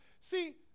See